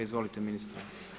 Izvolite ministre.